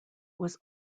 was